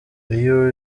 iyo